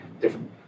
different